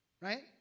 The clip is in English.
right